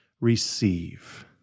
receive